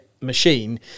machine